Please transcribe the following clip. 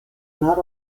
not